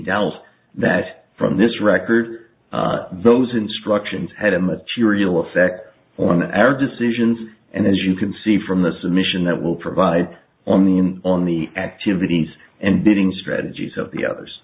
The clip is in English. doubt that from this record those instructions had a material effect on the air decisions and as you can see from the submission that will provide on the and on the activities and bidding strategies of the others